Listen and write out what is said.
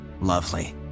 lovely